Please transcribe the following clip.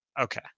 Okay